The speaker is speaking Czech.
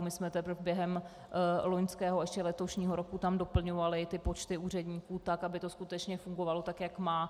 My jsme teprve během loňského a ještě letošního roku tam doplňovali počty úředníků tak, aby to skutečně fungovalo tak, jak má.